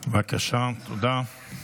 תודה.